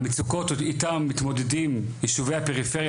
המצוקות איתם מתמודדים יישובי הפריפריה,